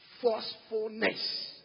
Forcefulness